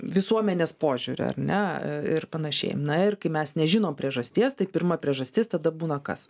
visuomenės požiūrio ar ne ir panašiai na ir kai mes nežinom priežasties tai pirma priežastis tada būna kas